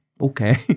...okay